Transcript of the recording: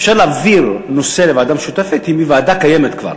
אפשר להעביר נושא לוועדה משותפת אם היא ועדה קיימת כבר.